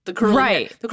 Right